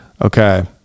okay